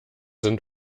sind